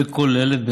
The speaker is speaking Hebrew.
וכוללת,